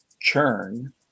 churn